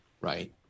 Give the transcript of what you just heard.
right